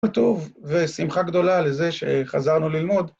טוב ושמחה גדולה לזה שחזרנו ללמוד.